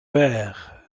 vert